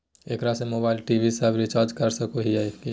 एकरा से mobile TV सब रिचार्ज कर सको हियै की?